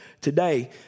today